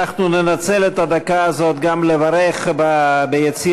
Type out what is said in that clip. אנחנו ננצל את הדקה הזאת גם לברך ביציע